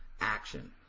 action